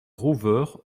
rouveure